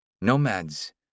Nomads